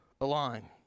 align